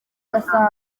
gasabo